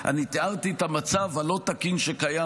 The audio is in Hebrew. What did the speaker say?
אני תיארתי את המצב הלא-תקין שקיים,